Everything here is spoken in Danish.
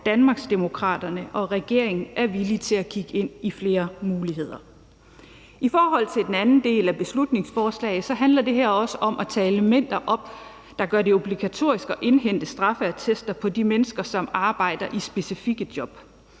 at Danmarksdemokraterne og regeringen er villige til at kigge ind i flere muligheder. I forhold til den anden del af beslutningsforslaget handler det også om at tage elementer op, der gør det obligatorisk at indhente straffeattester for de mennesker, som arbejder i specifikke job.